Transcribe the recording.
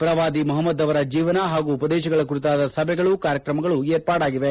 ಪ್ರವಾದಿ ಮೊಹಮ್ನದ್ ಅವರ ಜೀವನ ಹಾಗೂ ಉಪದೇಶಗಳ ಕುರಿತಾದ ಸಭೆಗಳು ಕಾರ್ಯತ್ರಮಗಳು ವಿರ್ಪಾಡಾಗಿವೆ